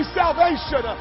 salvation